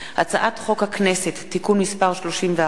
והצעת ועדת הכנסת להעביר את ההצעות לסדר-היום